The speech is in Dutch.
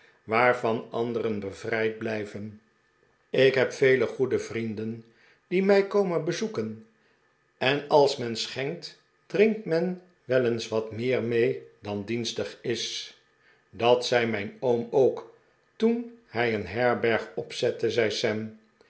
waarvan anderen bevrijd blijven ik heb vele goede vrienden die mij komen bezoeken en als men schenkt drinkt men wel eens wat meer mee dan dienstig is dat zei mijn oom ook toen hij een herberg opzette zei sam